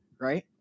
right